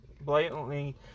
blatantly